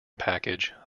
package